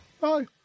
Bye